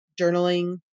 journaling